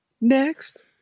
Next